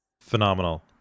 Phenomenal